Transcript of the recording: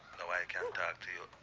now i can talk to you